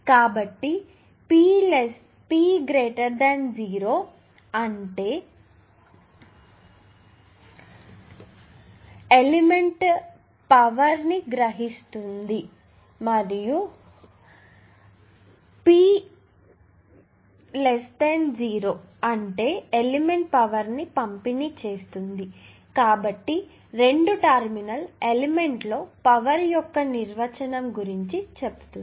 కాబట్టి P 0 అంటేఅంటే element power ని గ్రహిస్తుంది మరియు P 0 అంటే ఎలిమెంట్ పవర్ ని పంపిణీ చేస్తుంది కాబట్టి రెండు టెర్మినల్ ఎలిమెంట్ లో పవర్ యొక్క నిర్వచనం గురించి చెప్తుంది